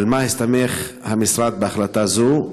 1. על מה הסתמך המשרד בהחלטה זו?